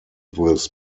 this